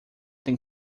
tem